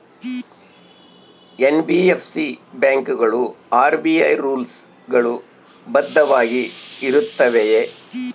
NBFC ಬ್ಯಾಂಕುಗಳು RBI rules ಗಳು ಬದ್ಧವಾಗಿ ಇರುತ್ತವೆಯ?